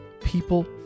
People